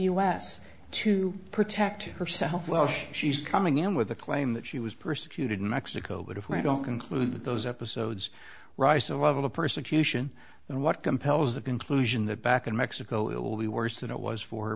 us to protect herself welsh she's coming in with a claim that she was persecuted in mexico but why don't conclude that those episodes rise to the level of persecution and what compels the conclusion that back in mexico it will be worse than it was for